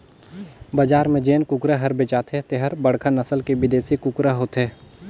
बजार में जेन कुकरा हर बेचाथे तेहर बड़खा नसल के बिदेसी कुकरा होथे